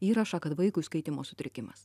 įrašą kad vaikui skaitymo sutrikimas